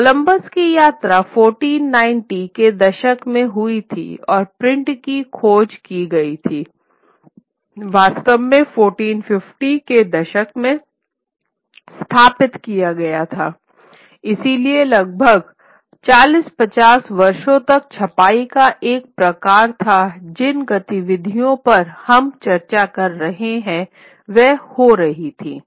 Columbus की यात्रा 1490 के दशक में हुई थी और प्रिंट की खोज की गई थी वास्तव में 1450 के दशक में स्थापित किया गया था इसलिए लगभग 40 50 वर्षों तक छपाई का एक प्रकार था जिन गतिविधियों पर हम चर्चा कर रहे हैं वे हो रही थीं